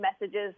messages